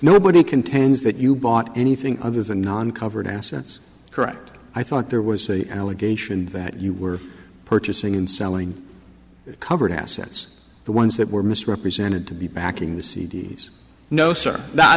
nobody contends that you bought anything other than non covered assets correct i thought there was an allegation that you were purchasing and selling covered assets the ones that were misrepresented to be backing the c d s no sir